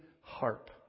harp